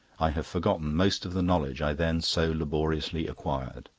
i have forgotten most of the knowledge i then so laboriously acquired